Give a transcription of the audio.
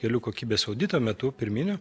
kelių kokybės audito metu pirminio